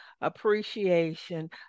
appreciation